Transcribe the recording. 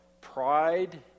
pride